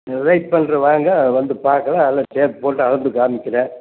இங்கே வெய்ட் பண்ணுறேன் வாங்க வந்து பார்க்கலாம் எல்லாம் டேப் போட்டு அளந்து காமிக்கிறேன்